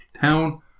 town